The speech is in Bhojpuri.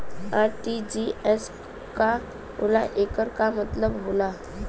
आर.टी.जी.एस का होला एकर का मतलब होला?